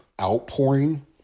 outpouring